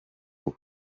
ubu